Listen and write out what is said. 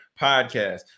podcast